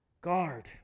Guard